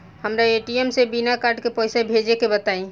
हमरा ए.टी.एम से बिना कार्ड के पईसा भेजे के बताई?